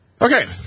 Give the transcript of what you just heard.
Okay